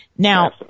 Now